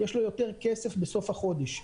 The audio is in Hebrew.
יש לו יותר כסף בסוף החודש,